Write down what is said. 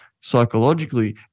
psychologically